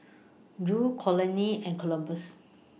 Judd Conley and Columbus